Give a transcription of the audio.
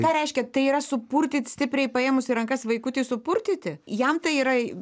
ką reiškia tai yra supurtyt stipriai paėmus į rankas vaikutį supurtyti jam tai yra